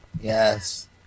Yes